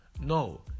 No